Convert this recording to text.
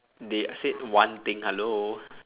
they said one thing hello